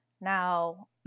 Now